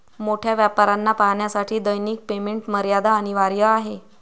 मोठ्या व्यापाऱ्यांना पाहण्यासाठी दैनिक पेमेंट मर्यादा अनिवार्य आहे